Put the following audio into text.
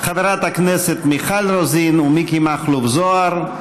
של חברי הכנסת מיכל רוזין ומיקי מכלוף זוהר.